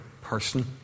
person